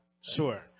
sure